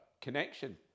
connection